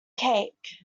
cake